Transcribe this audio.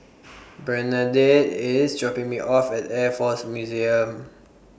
Bernadette IS dropping Me off At Air Force Museum